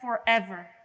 forever